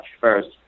first